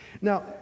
Now